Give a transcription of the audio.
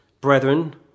brethren